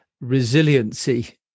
resiliency